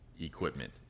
equipment